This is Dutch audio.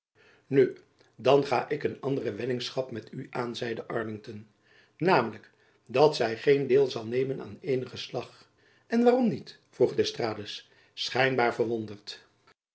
nu dan ga ik een andere weddingschap met u jacob van lennep elizabeth musch aan zeide arlington namelijk dat zy geen deel zal nemen aan eenigen slag en waarom niet vroeg d'estrades schijnbaar verwonderd